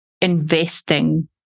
investing